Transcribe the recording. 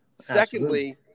Secondly